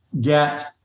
get